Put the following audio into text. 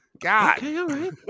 God